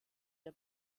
der